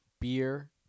Beer